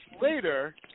later